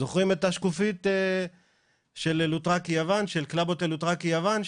זוכרים את השקופית של קלאב הוטל לוטראקי יוון,